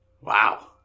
Wow